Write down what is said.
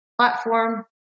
platform